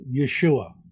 Yeshua